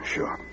Sure